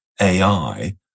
AI